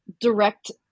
direct